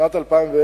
שנת 2010,